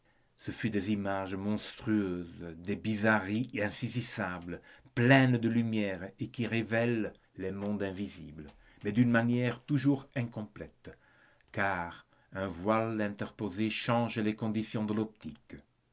ce fut des images monstrueuses des bizarreries insaisissables pleines de lumière et qui révèlent les mondes invisibles mais d'une manière toujours incomplète car un voile interposé change les conditions de l'optique